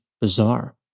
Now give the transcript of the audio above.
bizarre